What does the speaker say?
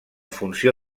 funció